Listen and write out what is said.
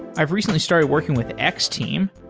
i've recently started working with x-team.